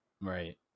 Right